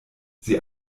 sie